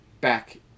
back